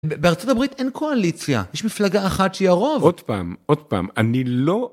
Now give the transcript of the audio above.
בארצות הברית אין קואליציה, יש מפלגה אחת שהיא הרוב. עוד פעם, עוד פעם, אני לא...